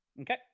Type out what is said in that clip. Okay